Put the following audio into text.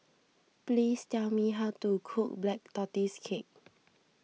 please tell me how to cook Black Tortoise Cake